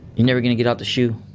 you're never going to get out the shu.